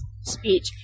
speech